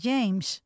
James